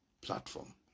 platform